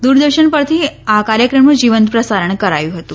દૂરદર્શન પરથી આ કાર્યક્રમનું જીવંત પ્રસારણ કરાયું હતું